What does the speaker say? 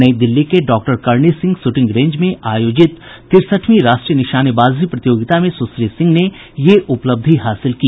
नई दिल्ली के doctor Karni Singh shooting range में आयोजित तिरसठवीं राष्ट्रीय निशानेबाजी प्रतियोगिता में सुश्री सिंह ने यह उपलब्धि हासिल की